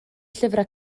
llyfrau